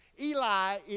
Eli